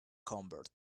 convert